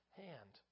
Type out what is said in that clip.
hand